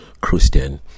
Christian